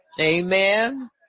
Amen